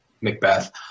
Macbeth